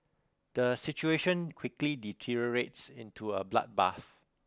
the situation quickly deteriorates into a bloodbath